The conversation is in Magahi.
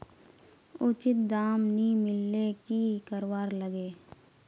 उचित दाम नि मिलले की करवार लगे?